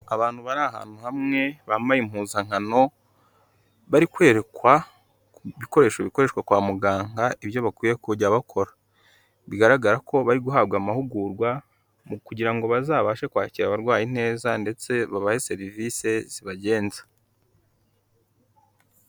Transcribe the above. Abantu bari ahantu hamwe, bambaye impuzankano, bari kwerekwa, ibikoresho bikoreshwa kwa muganga, ibyo bakwiye kujya bakora, bigaragara ko bari guhabwa amahugurwa, kugira ngo bazabashe kwakira abarwayi neza, ndetse babahe serivisi zibagenza.